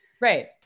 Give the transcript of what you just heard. Right